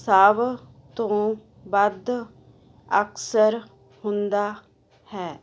ਸਭ ਤੋਂ ਵੱਧ ਅਕਸਰ ਹੁੰਦਾ ਹੈ